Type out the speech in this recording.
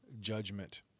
judgment